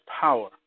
power